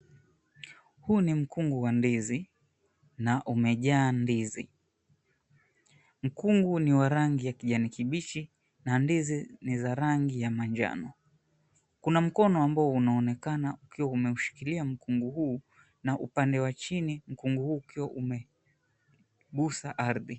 Huu ni mkungu wa ndizi na umejaa ndizi. Mkungu ni wa rangi ya kijani kibichi, na ndizi ni za rangi ya manjano. Kuna mkono ambao unaonekana ukiwa umeshikilia mkungu huu na upande wa chini mkungu huu ukiwa umegusa ardhi.